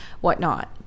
whatnot